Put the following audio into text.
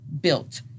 built